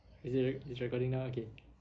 is it rec~ is it recording now okay